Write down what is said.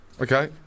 Okay